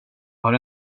har